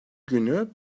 günü